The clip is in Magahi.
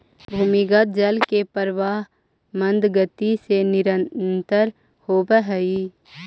भूमिगत जल के प्रवाह मन्द गति से निरन्तर होवऽ हई